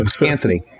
Anthony